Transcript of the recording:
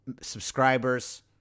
subscribers